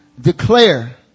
declare